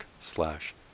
slash